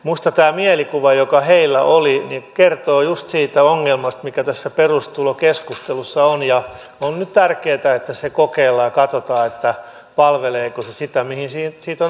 minusta tämä mielikuva joka heillä oli kertoi juuri siitä ongelmasta mikä tässä perustulokeskustelussa on ja on nyt tärkeätä että se kokeillaan ja katsotaan palveleeko se sitä mihin sitä on ajateltu